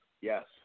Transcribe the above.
Yes